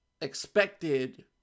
expected